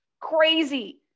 crazy